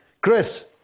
Chris